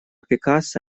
пикассо